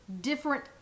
different